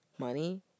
money